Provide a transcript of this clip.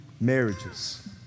marriages